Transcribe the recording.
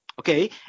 okay